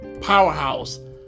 powerhouse